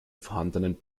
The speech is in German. vorhandenen